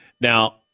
Now